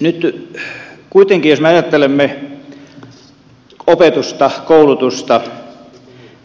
nyt kuitenkin jos me ajattelemme opetusta koulutusta